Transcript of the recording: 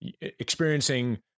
experiencing